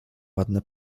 ładne